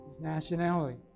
nationality